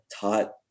taught